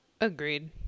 Agreed